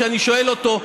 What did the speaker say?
כשאני שואל אותו,